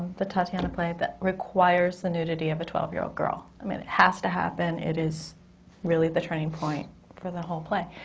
the tatjana play, that requires the nudity of a twelve-year-old girl. i mean, it has to happen. it is really the turning point for the whole play.